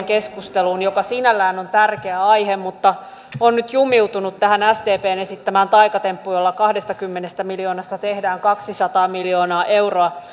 keskusteluun harmaasta taloudesta sinällään se on tärkeä aihe mutta on nyt jumiutunut tähän sdpn esittämään taikatemppuun jolla kahdestakymmenestä miljoonasta tehdään kaksisataa miljoonaa euroa